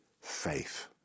faith